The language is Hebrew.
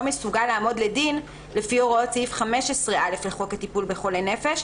מסוגל לעמוד לדין לפי הוראות סעיף 15(א) לחוק הטיפול בחולי נפש.".